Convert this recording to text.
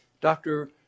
Doctor